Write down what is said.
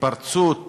התפרצות